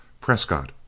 Prescott